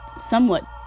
somewhat